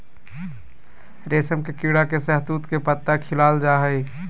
रेशम के कीड़ा के शहतूत के पत्ता खिलाल जा हइ